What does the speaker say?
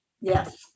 Yes